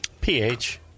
pH